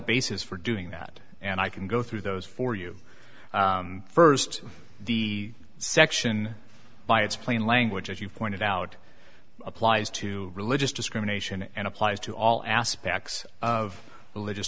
bases for doing that and i can go through those for you first the section by its plain language as you pointed out applies to religious discrimination and applies to all aspects of religious